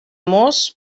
mos